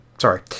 Sorry